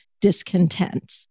discontent